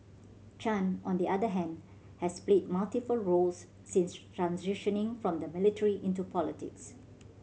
Chan on the other hand has played multiple roles since transitioning from the military into politics